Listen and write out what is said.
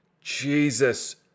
Jesus